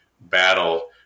battle